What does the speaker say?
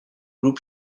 group